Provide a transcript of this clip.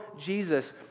Jesus